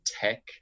tech